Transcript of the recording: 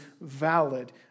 valid